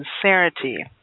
sincerity